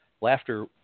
laughter